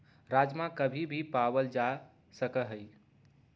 राजमा कभी भी पावल जा सका हई